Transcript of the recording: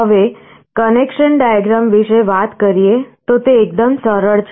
હવે connection diagram વિશે વાત કરીએ તો તે એકદમ સરળ છે